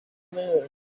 moon